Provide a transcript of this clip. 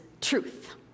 truth